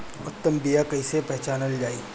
उत्तम बीया कईसे पहचानल जाला?